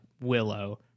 Willow